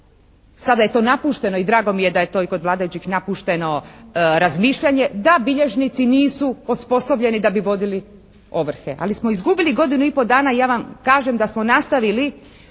Sada je to napušteno i drago mi je da je to i kod vladajućih napušteno razmišljanje da bilježnici nisu osposobljeni da bi vodili ovrhe. Ali smo izgubili godinu i pol dana. Ja vam kažem da smo nastavili